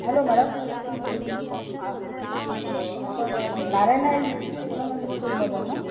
hello madam आपण Narayana E technology स्कूलमधून ना